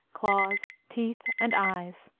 claws, teeth, and eyes.